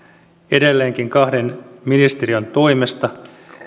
edelleenkin kahden ministeriön toimesta